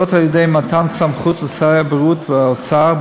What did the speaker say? וזאת על-ידי מתן סמכות לשרי הבריאות והאוצר,